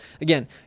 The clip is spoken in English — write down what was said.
again